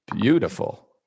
beautiful